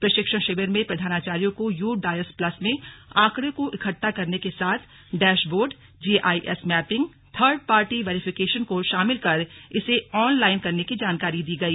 प्रशिक्षण शिविर में प्रधानाचार्यो को यू डायस प्लस में आंकड़ों को इकट्टा करने के साथ dashboard GIS mapping third party verification को शामिल कर इसे ऑन लाइन करने की जानकारी दी गई